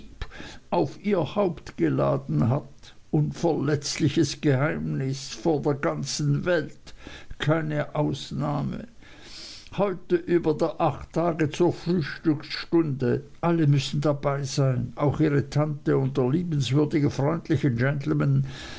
auf ihr haupt geladen hat unverletzliches geheimnis vor der ganzen welt keine ausnahme heute über acht tage zur frühstücksstunde alle müssen dabei sein auch ihre tante und der liebenswürdige freundliche gentleman